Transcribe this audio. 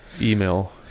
Email